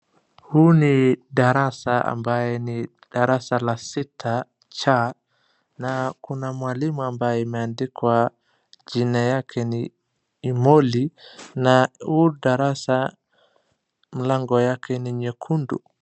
Huu ni darasa ambaye ni darasa la sita cha. Na kuna mwalimu ambaye imeandikwa ni yake ni Muli. Na huu darasa mlango yake ni nyekundu.